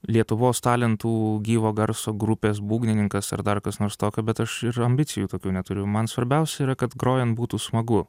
lietuvos talentų gyvo garso grupės būgnininkas ar dar kas nors tokio bet aš ir ambicijų tokių neturiu man svarbiausia yra kad grojan būtų smagu